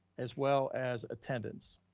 as well as attendance.